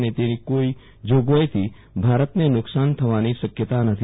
અને તેની કોઈ જોગવાઈથી ભારતને નુકશાન થવાની શક્યતા નથી